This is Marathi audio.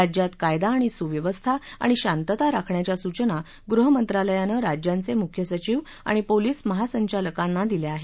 राज्यात कायदा आणि सुव्यवस्था आणि शांतता राखण्याच्या सूवना गृह मंत्रालयाने राज्यांचे मुख्य सचिव आणि पोलीस महासंचालकांना दिल्या आहेत